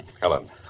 Helen